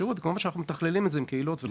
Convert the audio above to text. כמובן שאנחנו מתכללים את זה עם קהילות וכו'